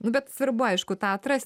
nu bet svarbu aišku tą atrasti